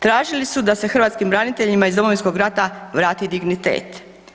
Tražili su da se hrvatskim braniteljima iz Domovinskog rata vrati dignitet.